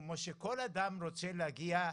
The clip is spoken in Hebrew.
כמו שכל בן אדם רוצה להגיע,